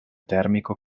termico